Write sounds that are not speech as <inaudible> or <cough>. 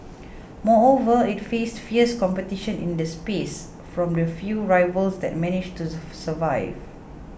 moreover it faced fierce competition in the space from the few rivals that managed to <unintelligible> survive